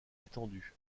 étendu